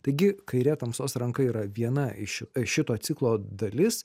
taigi kairė tamsos ranka yra viena iš šito ciklo dalis